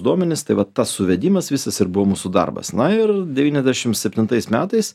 duomenis tai vat tas suvedimas visas ir buvo mūsų darbas na ir devyniasdešimt septintais metais